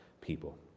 people